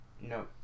no